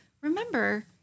remember